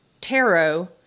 tarot